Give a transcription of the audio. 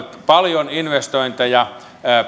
paljon investointeja